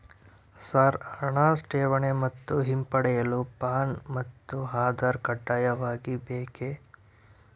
Sir ಹಣ ಠೇವಣಿ ಮತ್ತು ಹಿಂಪಡೆಯಲು ಪ್ಯಾನ್ ಮತ್ತು ಆಧಾರ್ ಕಡ್ಡಾಯವಾಗಿ ಬೇಕೆ?